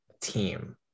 team